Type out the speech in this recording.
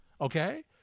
Okay